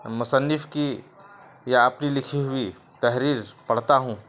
مصنف کی یا اپنی لکھی ہوئی تحریر پڑھتا ہوں